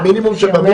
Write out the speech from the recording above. אבל מינימום שבמינימום,